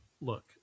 look